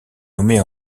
nommée